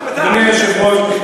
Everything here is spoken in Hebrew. אדוני היושב-ראש,